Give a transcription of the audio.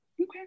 Okay